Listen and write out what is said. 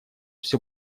все